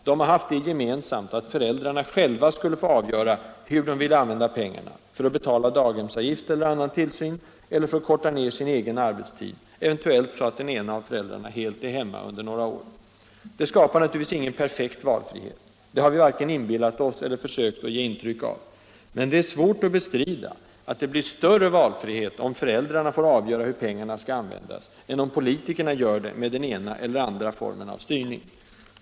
De har haft det gemensamt att föräldrarna själva skulle få avgöra hur de vill använda pengarna, för att betala daghemsavgift eller annan tillsyn, eller för att korta ned sin egen arbetstid, eventuellt så att den ena av föräldrarna helt är hemma under några år. Detta skapar naturligtvis ingen perfekt valfrihet, och det har vi varken inbillat oss eller försökt ge intryck av. Men det är svårt att bestrida att det blir större valfrihet om föräldrarna får avgöra hur pengarna skall användas än om politikerna gör det med den ena eller andra formen av styrning.